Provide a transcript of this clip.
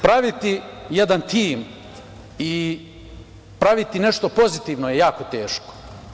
Praviti jedan tim i praviti nešto pozitivno je jako teško.